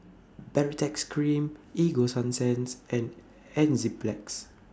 Baritex Cream Ego Sunsense and Enzyplex